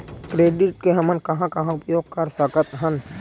Credit के हमन कहां कहा उपयोग कर सकत हन?